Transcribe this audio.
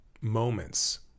Moments